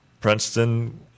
Princeton